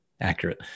accurate